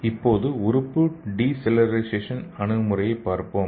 இப்போது உறுப்பு decellularization அணுகுமுறையைப் பார்ப்போம்